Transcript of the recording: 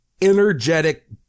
energetic